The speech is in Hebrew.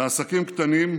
לעסקים קטנים,